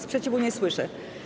Sprzeciwu nie słyszę.